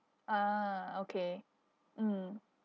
ah okay mm